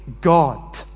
God